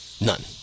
None